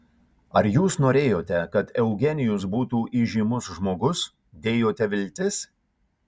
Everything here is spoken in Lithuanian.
ar jūs norėjote kad eugenijus būtų įžymus žmogus dėjote viltis